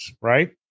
right